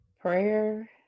Prayer